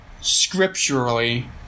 scripturally